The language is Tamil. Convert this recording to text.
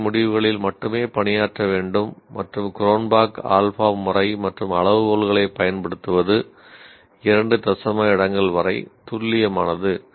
சோதனை முடிவுகளில் மட்டுமே பணியாற்ற வேண்டும் மற்றும் க்ரோன்பாக் ஆல்பா முறை மற்றும் அளவுகோலைப் பயன்படுத்துவது இரண்டு தசம இடங்கள் வரை துல்லியமானது